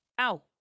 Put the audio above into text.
ow